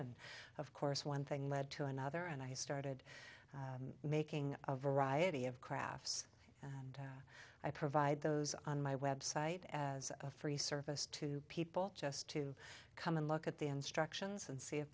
and of course one thing led to another and i started making a variety of crafts i provide those on my website as a free service to people just to come and look at the instructions and see if